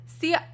see